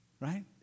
Right